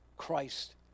Christ